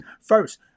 First